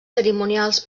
cerimonials